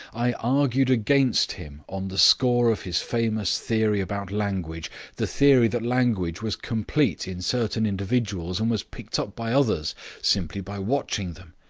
i argued against him on the score of his famous theory about language the theory that language was complete in certain individuals and was picked up by others simply by watching them.